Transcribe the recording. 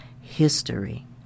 history